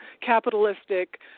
capitalistic